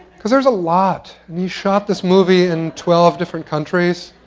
because there's a lot. and you shot this movie in twelve different countries.